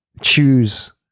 choose